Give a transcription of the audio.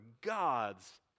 God's